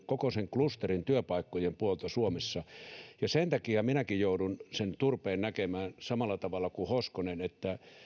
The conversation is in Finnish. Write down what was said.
koko metsäteollisuuden klusterin työpaikkojen puolta suomessa sen takia minäkin joudun sen turpeen näkemään samalla tavalla kuin hoskonen että